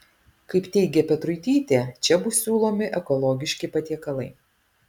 kaip teigė petruitytė čia bus siūlomi ekologiški patiekalai